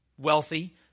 wealthy